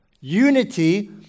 Unity